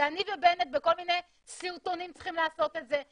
זה אני ובנט בכל מיני סרטונים צריכים לעשות את זה.